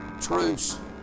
Truce